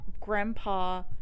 grandpa